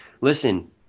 listen